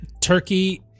Turkey